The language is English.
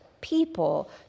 people